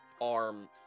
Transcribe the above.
arm